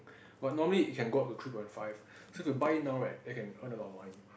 but normally it can go up to three point five so if you buy now right then can earn a lot of money